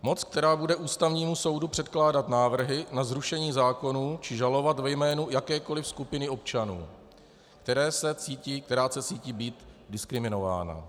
Moc, která bude Ústavnímu soudu předkládat návrhy na zrušení zákonů či žalovat ve jménu jakékoliv skupiny občanů, která se cítí být diskriminována.